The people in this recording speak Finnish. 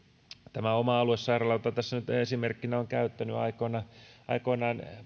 tämä oma aluesairaala jota tässä nyt esimerkkinä olen käyttänyt aikoinaan